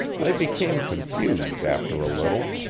i became confused after a little,